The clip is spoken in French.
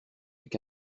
avec